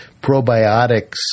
probiotics –